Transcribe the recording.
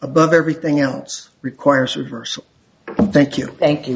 above everything else requires reverse thank you thank you